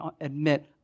admit